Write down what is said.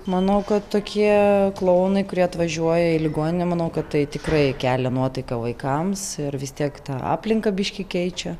manau kad tokie klounai kurie atvažiuoja į ligoninę manau kad tai tikrai kelia nuotaiką vaikams ir vis tiek ta aplinka biškį keičia